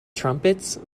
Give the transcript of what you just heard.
trumpets